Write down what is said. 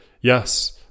yes